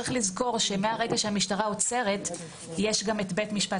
צריך לזכור שמהרגע שהמשטרה עוצרת יש גם את בית המשפט,